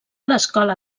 l’escola